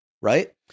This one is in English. right